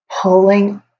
pulling